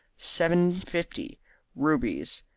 seven fifty rubies,